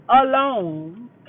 alone